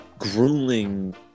Grueling